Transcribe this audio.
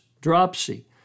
dropsy